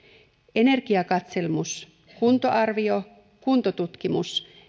energiakatselmus kuntoarvio kuntotutkimus